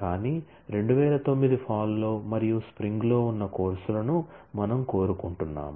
కాని 2009 ఫాల్ లో మరియు స్ప్రింగ్ లో ఉన్న కోర్సులను మనము కోరుకుంటున్నాము